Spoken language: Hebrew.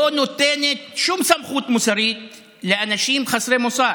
לא נותנות שום סמכות מוסרית לאנשים חסרי מוסר.